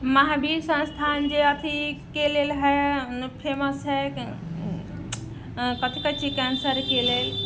महावीर संस्थान जे अथीके लेल हय फेमस हय कथी कहैत छै कैंसरके लेल